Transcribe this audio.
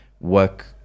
work